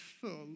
full